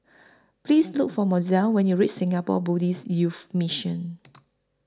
Please Look For Mozell when YOU REACH Singapore Buddhist Youth Mission